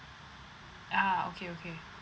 ah okay okay